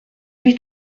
lui